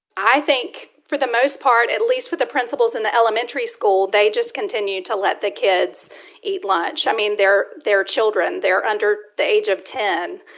i think, for the most part, at least with the principals in the elementary school, they just continued to let the kids eat lunch. i mean, they're they're children. they're under the age of ten.